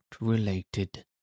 related